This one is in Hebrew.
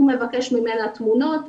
הוא מבקש ממנה תמונות,